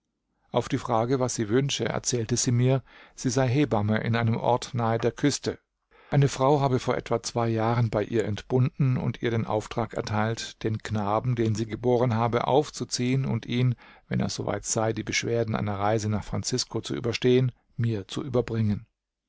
auf die frage was sie wünsche erzählte sie mir sie sei hebamme in einem orte nahe der küste eine frau habe vor etwa zwei jahren bei ihr entbunden und ihr den auftrag erteilt den knaben den sie geboren habe aufzuziehen und ihn wenn er so weit sei die beschwerden einer reise nach francisco zu überstehen mir zu überbringen